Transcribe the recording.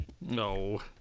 no